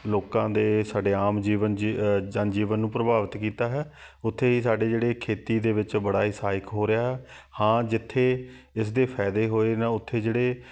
ਲੋਕਾਂ ਦੇ ਸਾਡੇ ਆਮ ਜੀਵਨ ਜ ਜਨਜੀਵਨ ਨੂੰ ਪ੍ਰਭਾਵਿਤ ਕੀਤਾ ਹੈ ਉੱਥੇ ਹੀ ਸਾਡੇ ਜਿਹੜੇ ਖੇਤੀ ਦੇ ਵਿੱਚ ਬੜਾ ਹੀ ਸਹਾਇਕ ਹੋ ਰਿਹਾ ਹਾਂ ਜਿੱਥੇ ਇਸਦੇ ਫਾਇਦੇ ਹੋਏ ਨਾ ਉੱਥੇ ਜਿਹੜੇ